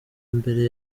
mbere